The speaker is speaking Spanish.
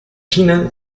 china